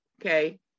okay